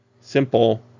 simple